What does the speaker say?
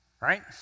right